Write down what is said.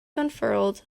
unfurled